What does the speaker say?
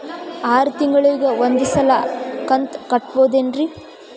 ಆರ ತಿಂಗಳಿಗ ಒಂದ್ ಸಲ ಕಂತ ಕಟ್ಟಬಹುದೇನ್ರಿ?